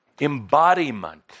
embodiment